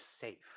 safe